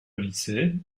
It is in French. lycée